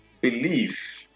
believe